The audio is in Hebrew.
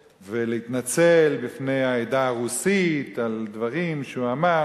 ולהתנצל בפני העדה הרוסית על דברים שהוא אמר